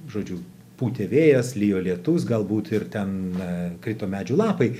žodžiu pūtė vėjas lijo lietus galbūt ir ten na krito medžių lapai